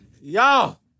Y'all